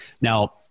Now